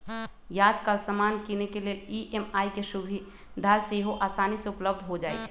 याजकाल समान किनेके लेल ई.एम.आई के सुभिधा सेहो असानी से उपलब्ध हो जाइ छइ